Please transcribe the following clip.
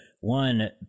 one